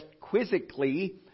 quizzically